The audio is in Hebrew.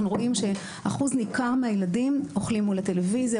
אנחנו רואים שאחוז ניכר מהילדים אוכל מול הטלוויזיה,